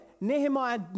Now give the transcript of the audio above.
Nehemiah